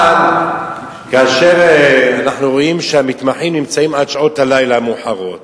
אבל כאשר אנחנו רואים שהמתמחים נמצאים עד שעות הלילה המאוחרות